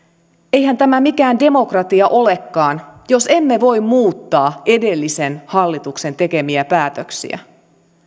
eihän tämä mikään demokratia olekaan jos emme voi muuttaa edellisen hallituksen tekemiä päätöksiä